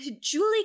Julie